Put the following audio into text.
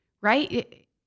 Right